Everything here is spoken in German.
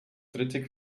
dritte